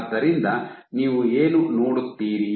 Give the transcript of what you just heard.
ಆದ್ದರಿಂದ ನೀವು ಏನು ನೋಡುತ್ತೀರಿ